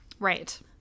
Right